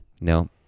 No